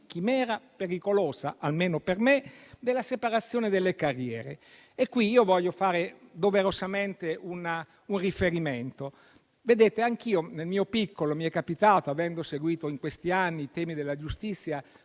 chimera pericolosa, almeno per me - della separazione delle carriere. Voglio fare doverosamente un riferimento. Anche a me, nel mio piccolo, è capitato, avendo seguito in questi anni i temi della giustizia,